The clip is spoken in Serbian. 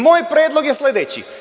Moj predlog je sledeći.